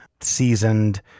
seasoned